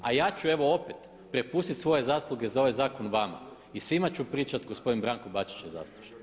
A ja ću evo opet prepustiti svoje zasluge za ovaj zakon vama i svima ću pričati gospodin Branko Bačić je zaslužan.